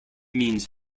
means